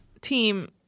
team